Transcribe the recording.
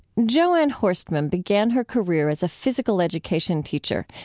jo anne horstmann began her career as a physical education teacher,